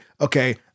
okay